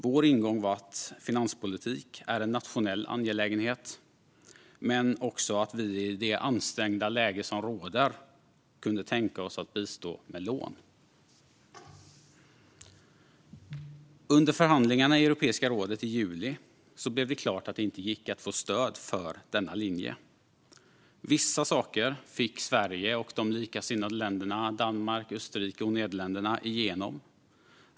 Vår ingång var att finanspolitik är en nationell angelägenhet men också att vi i det ansträngda läge som rådde kunde tänka oss att bistå med lån. Under förhandlingarna i Europeiska rådet i juli blev det klart att det inte gick att få stöd för denna linje. Vissa saker fick Sverige och de likasinnade länderna - Danmark, Österrike och Nederländerna - igenom.